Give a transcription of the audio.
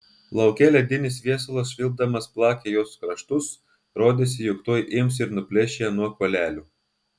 lauke ledinis viesulas švilpdamas plakė jos kraštus rodėsi jog tuoj ims ir nuplėš ją nuo kuolelių